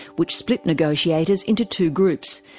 which split negotiators into two groups,